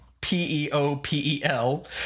p-e-o-p-e-l